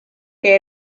que